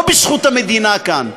לא בזכות המדינה כאן.